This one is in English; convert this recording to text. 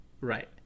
Right